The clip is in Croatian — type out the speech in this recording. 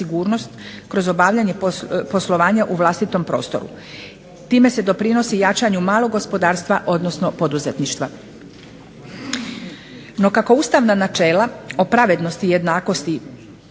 kroz obavljanje poslovanja u vlastitom prostoru. Time se definitivno doprinosi jačanju malog gospodarstva, odnosno poduzetništva. Evo nekoliko isto osvrta na rasprave i replike